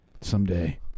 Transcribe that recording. someday